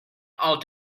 all